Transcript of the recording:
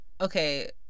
okay